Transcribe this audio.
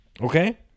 Okay